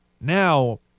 Now